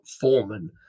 foreman